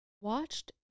watched